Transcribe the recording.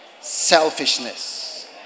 selfishness